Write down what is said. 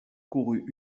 courut